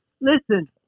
listen